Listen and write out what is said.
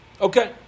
Okay